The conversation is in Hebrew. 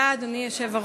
תודה, אדוני היושב-ראש.